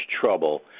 trouble